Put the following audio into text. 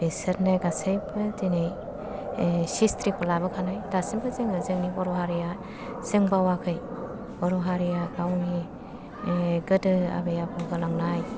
बिसोरनो गासिबो दिनै चिसथ्रिखौ लाबोखानाय दासिमबो जोङो जोंनि बर' हारिया जों बावाखै बर' हारिया गावनि गोदो आबै आबौ गालांनाय